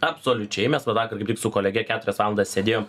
absoliučiai mes va vakar kaip tik su kolege keturias valandas sėdėjom